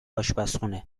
اشپزخونه